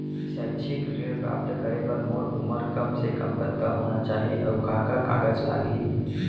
शैक्षिक ऋण प्राप्त करे बर मोर उमर कम से कम कतका होना चाहि, अऊ का का कागज लागही?